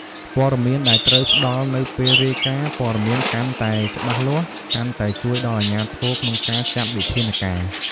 ព័ត៌មានដែលត្រូវផ្ដល់នៅពេលរាយការណ៍ ព័ត៌មានកាន់តែច្បាស់លាស់ កាន់តែជួយដល់អាជ្ញាធរក្នុងការចាត់វិធានការ។